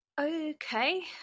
okay